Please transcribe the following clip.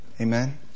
Amen